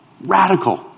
Radical